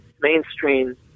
mainstream